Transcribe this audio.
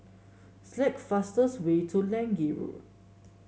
select the fastest way to Lange Road